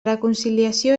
reconciliació